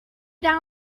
down